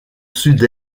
sud